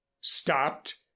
stopped